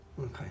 Okay